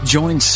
Join